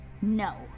No